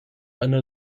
einer